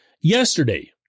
yesterday